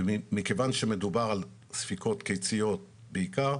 מכיוון שמדובר על ספיקות קיציות בעיקר,